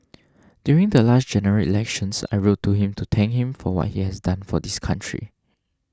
during the last General Elections I wrote to him to thank him for what he has done for this country